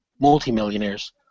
multi-millionaires